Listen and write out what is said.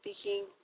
speaking